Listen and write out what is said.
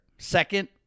Second